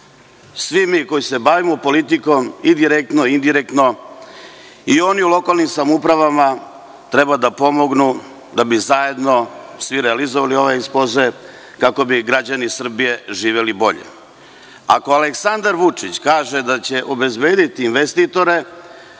Svi mi koji se bavimo politikom direktno i indirektno i oni u lokalnim samoupravama treba da pomognu da bi zajedno svi realizovali ovaj ekspoze, kako bi građani Srbije žive bolje. Ako Aleksandar Vučić kaže da će obezbediti investitore,